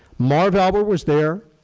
marv albert was there,